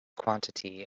quantity